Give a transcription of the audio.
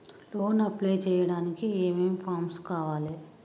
Loan apply చేయడానికి ఏం ఏం ఫామ్స్ కావాలే?